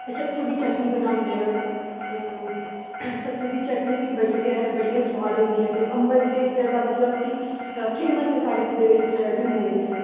सत्तू दी चटनी बनांदे न सत्तू दी चटनी बी बड़ी गै सोआद होंदी ऐ ते अम्बल ते इद्धर दा मतलब कि फेमस ऐ साढ़े पूरे जम्मू बिच